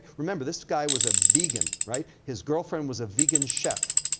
remember, this guy was a vegan, right? his girlfriend was a vegan chef.